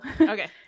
Okay